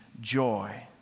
joy